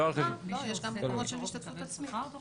לא, יש גם מקומות של השתתפות עצמית.